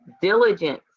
diligence